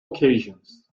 occasions